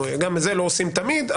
גם זה לא עושים תמיד,